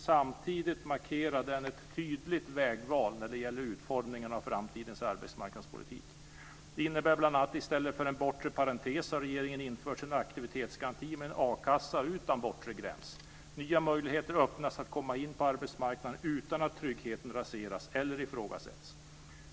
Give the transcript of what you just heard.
Samtidigt markerar den ett tydligt vägval när det gäller utformningen av framtidens arbetsmarknadspolitik. Det innebär bl.a. att i stället för en botre parentes har regeringen infört en aktivitetsgaranti med en akassa utan bortre gräns. Nya möjligheter öppnas att komma in på arbetsmarknaden utan att tryggheten raseras eller ifrågasätts.